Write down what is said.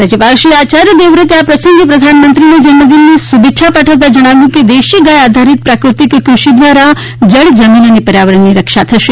રાજ્યપાલ શ્રી આચાર્ય દેવવ્રતે આ પ્રસંગે પ્રધાનમંત્રીને જન્મદિનની શુભેચ્છા પાઠવતાં જણાવ્યું હતું કે દેશી ગાય આધારિત પ્રાકૃતિક કૃષિ દ્વારા જળ જમીન અને પર્યાવરણની રક્ષા થશે